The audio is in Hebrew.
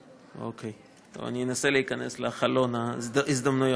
אוקיי, אני אנסה להיכנס לחלון ההזדמנויות.